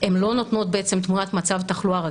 הן לא נותנות בעצם תמונת מצב תחלואה רגיל.